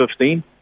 2015